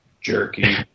Jerky